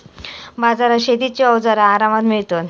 बाजारात शेतीची अवजारा आरामात मिळतत